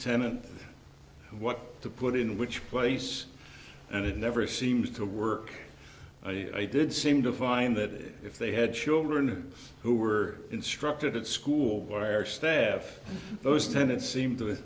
tenant what to put in which place and it never seems to work i did seem to find that if they had children who were instructed at school where staff those tended seemed to